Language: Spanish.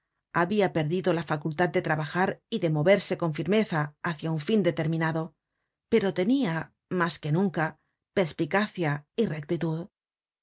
habia perdido la facultad de trabajar y de moverse con firmeza hácia un iin determinado pero tenia mas que nunca perspicacia y rectitud